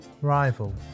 rival